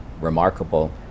remarkable